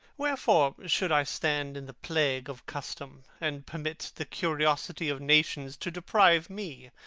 wherefore should i stand in the plague of custom, and permit the curiosity of nations to deprive me,